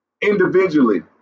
individually